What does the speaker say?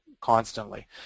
constantly